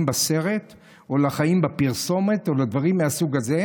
בסרט או לחיים בפרסומת או לדברים מהסוג הזה,